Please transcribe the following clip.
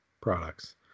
products